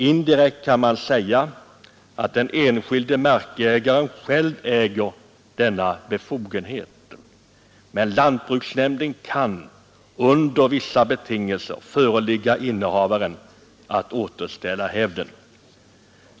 Indirekt kan man säga att den enskilde markägaren själv äger denna befogenhet, men lantbruksnämnden kan under vissa betingelser förelägga innehavaren att återställa hävden.